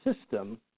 system